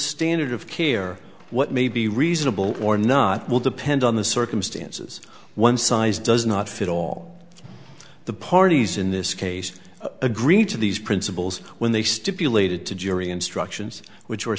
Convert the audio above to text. standard of care what may be reasonable or not will depend on the circumstances one size does not fit all the parties in this case agreed to these principles when they stipulated to jury instructions which were